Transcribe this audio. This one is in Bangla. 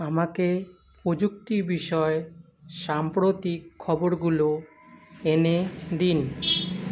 আমাকে প্রযুক্তি বিষয় সাম্প্রতিক খবরগুলো এনে দিন